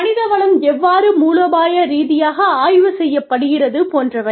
மனிதவளம் எவ்வாறு மூலோபாய ரீதியாக ஆய்வு செய்யப்படுகிறது போன்றவை